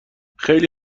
خیلی